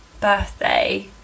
birthday